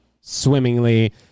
swimmingly